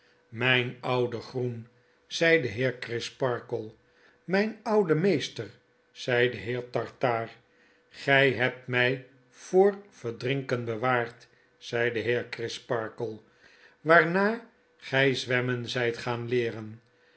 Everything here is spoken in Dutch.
mijn oude groen zei de heer crisparkle m jn oude meester zei de heer tartaar gg hebt mjj voor verdrinken bewaard zei de heer crisparkle waarna gg zwemmen zgt gaan leeren